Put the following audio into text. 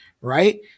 Right